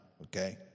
okay